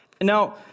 Now